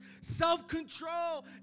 self-control